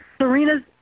Serena's